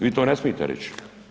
Vi to ne smijete reći.